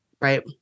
Right